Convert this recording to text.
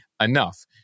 enough